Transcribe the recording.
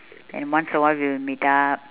and once a while we will meet up